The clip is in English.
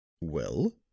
Well